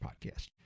podcast